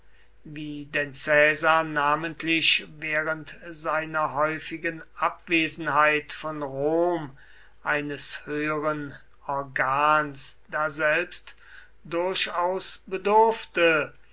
wie denn caesar namentlich während seiner häufigen abwesenheit von rom eines höheren organs daselbst durchaus bedurfte